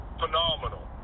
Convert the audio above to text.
phenomenal